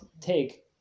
take